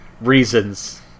reasons